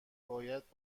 باید